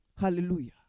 Hallelujah